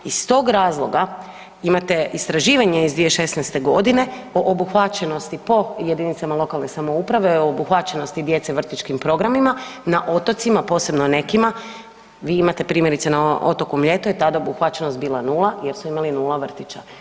Iz tog razloga imate istraživanje iz 2016. godine o obuhvaćenosti po jedinicama lokalne samouprave, obuhvaćenosti djece vrtićkim programima na otocima posebno nekima, vi imate primjerice na otoku Mljetu je tada obuhvaćenost bila nula jer su imali nula vrtića.